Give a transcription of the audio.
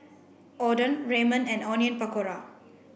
Oden Ramen and Onion Pakora